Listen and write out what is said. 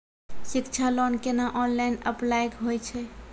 शिक्षा लोन केना online apply होय छै?